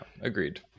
Agreed